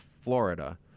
Florida